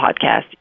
podcast